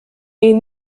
est